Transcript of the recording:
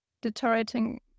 deteriorating